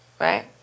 right